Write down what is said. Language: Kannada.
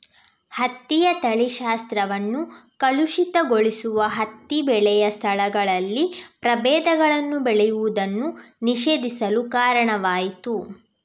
ಹತ್ತಿಯ ತಳಿಶಾಸ್ತ್ರವನ್ನು ಕಲುಷಿತಗೊಳಿಸುವ ಹತ್ತಿ ಬೆಳೆಯ ಸ್ಥಳಗಳಲ್ಲಿ ಪ್ರಭೇದಗಳನ್ನು ಬೆಳೆಯುವುದನ್ನು ನಿಷೇಧಿಸಲು ಕಾರಣವಾಯಿತು